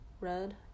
red